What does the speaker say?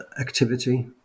activity